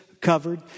covered